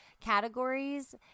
categories